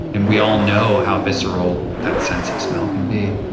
and we all know how visceral that sense of smell can be.